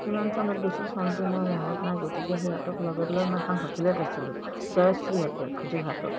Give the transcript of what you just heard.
কিমান চনত গৈছিলোঁ চনটো মই মনত নাই গতিকে সিহঁতক লগত লৈ মই এখন হোটেলত আছিলোঁ জয়শ্ৰী হোটেল যোৰহাটত